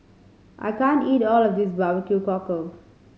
I can't eat all of this barbecue cockle